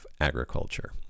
agriculture